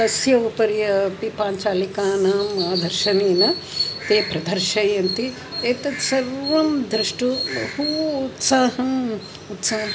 तस्य उपरि अपि पाञ्चालिकानां दर्शनेन ते प्रदर्शयन्ति एतत् सर्वं द्रष्टुं बहु उत्साहम् उत्साहम्